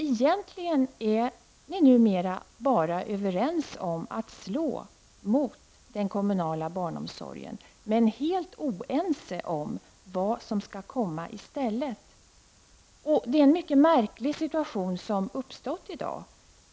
Egentligen är ni numera bara överens om att slå mot den kommunala barnomsorgen, men ni är helt oense om vad som skall komma i stället. Det är en mycket märklig situation som uppstått i dag.